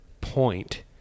point